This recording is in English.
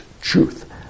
truth